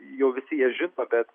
jau visi jie žino bet